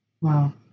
Wow